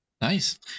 nice